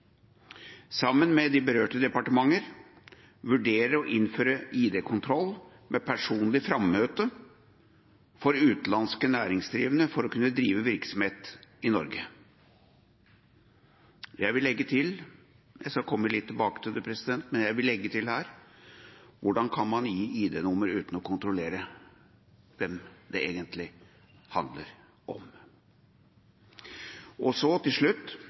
sammen med de berørte departementer vurderer å innføre ID-kontroll ved personlig frammøte for utenlandske næringsdrivende for å kunne drive virksomhet i Norge – jeg vil legge til her og skal komme litt tilbake til det: Hvordan kan man gi ID-nummer uten å kontrollere hvem det egentlig handler om?